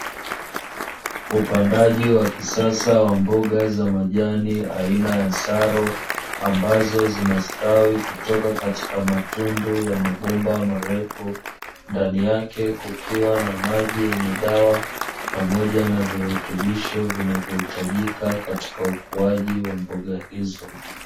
Upandaji wa kisasa wa mboga za majani aina ya saro, ambazo zinastawi kutoka katika matundu ya mabomba marefu, ndani yake kukiwa na maji yenye dawa pamoja na virutubisho vinavyohitajika katika ukuaji wa mboga hizo.